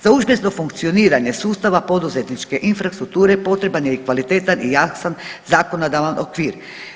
Za uspješno funkcioniranje sustava poduzetničke infrastrukture potreban je i kvalitetan i jasan zakonodavan okvir.